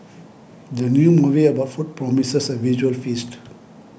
the new movie about food promises a visual feast